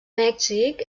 mèxic